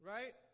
Right